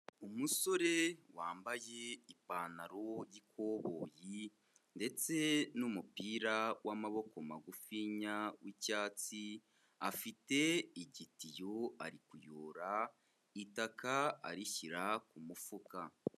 Umusore wambaye ipantaro y'ikoboyi ndetse n'umupira w'amaboko magufiya w'icyatsi, afite igitiyo ari kuyora itaka arishyira ku mufuka.